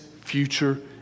future